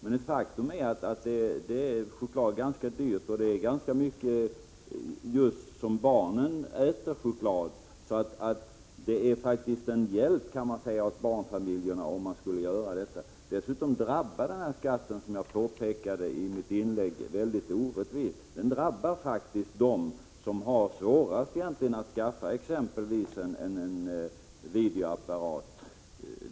Ett faktum är att choklad är ganska dyrt, och det är just barnen som äter mycket choklad, så det vore faktiskt en hjälp för barnfamiljerna att avveckla den skatten. Dessutom drabbar skatten, som jag påpekade i mitt huvudanförande, mycket orättvist. Den drabbar faktiskt dem som har svårast att skaffa exempelvis en videoapparat.